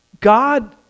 God